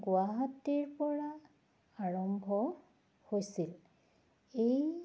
গুৱাহাটীৰ পৰা আৰম্ভ হৈছিল এই